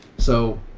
so